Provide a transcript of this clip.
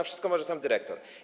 Wszystko może sam dyrektor?